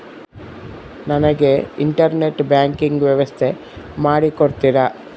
ನನಗೆ internet banking ವ್ಯವಸ್ಥೆ ಮಾಡಿ ಕೊಡ್ತೇರಾ?